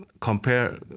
compare